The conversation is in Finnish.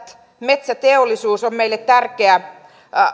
metsäteollisuus on meille tärkeä